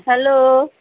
hello